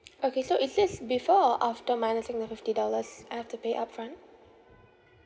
okay so is this before or after minusing the fifty dollars I have to pay upfront